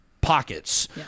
Pockets